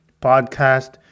Podcast